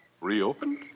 reopened